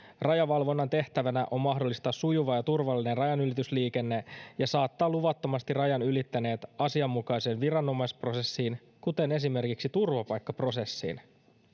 rajavalvonnan tehtävänä on mahdollistaa sujuva ja turvallinen rajanylitysliikenne ja saattaa luvattomasti rajan ylittäneet asianmukaiseen viranomaisprosessiin kuten esimerkiksi turvapaikkaprosessiin